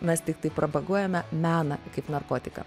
mes tiktai propaguojame meną kaip narkotiką